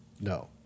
No